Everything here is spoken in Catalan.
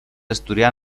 asturià